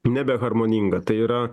nebeharmoninga tai yra